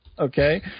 Okay